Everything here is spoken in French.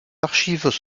archives